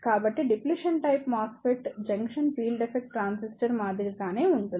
కాబట్టి depletion type MOSFET junction field effect transistor మాదిరిగానే ఉంటుంది